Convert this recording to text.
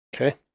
Okay